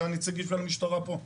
והנציגים של המשטרה פה.